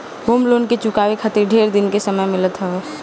home loan के चुकावे खातिर ढेर दिन के समय मिलत हवे